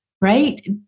right